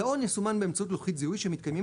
דאון יסומן באמצעות לוחית זיהוי שמתקיימים